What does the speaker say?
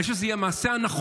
אני חושב שזה יהיה המעשה הנכון,